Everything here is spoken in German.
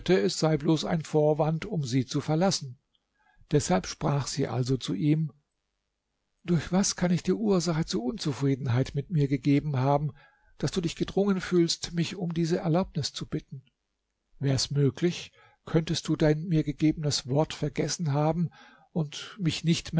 es sei bloß ein vorwand um sie zu verlassen deshalb sprach sie also zu ihm durch was kann ich dir ursache zu unzufriedenheit mit mir gegeben haben daß du dich gedrungen fühlst mich um diese erlaubnis zu bitten wär's möglich könntest du dein mir gegebenes wort vergessen haben und mich nicht